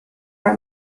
are